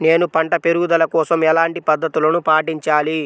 నేను పంట పెరుగుదల కోసం ఎలాంటి పద్దతులను పాటించాలి?